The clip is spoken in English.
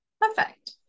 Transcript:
Perfect